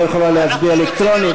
לא יכולה להצביע אלקטרונית,